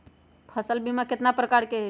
फसल बीमा कतना प्रकार के हई?